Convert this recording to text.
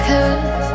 Cause